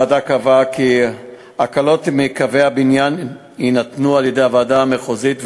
הוועדה קבעה כי הקלות מקווי הבניין יינתנו על-ידי הוועדה המחוזית,